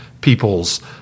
people's